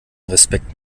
respekt